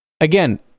again